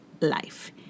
life